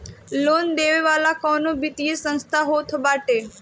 loan देवे वाला कवनो वित्तीय संस्थान होत बाटे